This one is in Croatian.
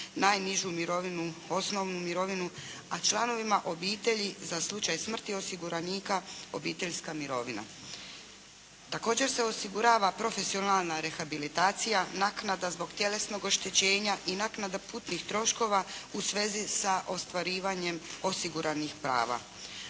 najnižu mirovinu, osnovnu mirovinu, a članovima obitelji za slučaj smrti osiguranika obiteljska mirovina. Također se osigurava profesionalna rehabilitacija, naknada zbog tjelesnog oštećenja i naknada putnih troškova u svezi sa ostvarivanje osiguranih prava.